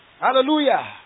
Hallelujah